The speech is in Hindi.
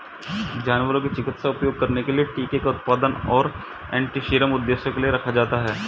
जानवरों को चिकित्सा उपयोग के लिए टीके का उत्पादन और एंटीसीरम उद्देश्यों के लिए रखा जाता है